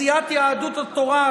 בסיעת יהדות התורה,